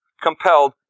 compelled